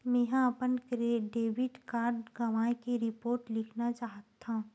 मेंहा अपन debit card गवाए के रिपोर्ट लिखना चाहत हव